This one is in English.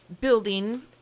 building